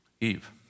Eve